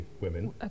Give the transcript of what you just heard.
women